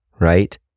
right